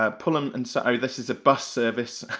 ah pulham and, so oh this is a bus service,